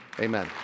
Amen